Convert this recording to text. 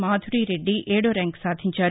మాధురిరెడ్డి ఏడో ర్యాంకు సాధించారు